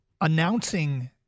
announcing